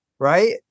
right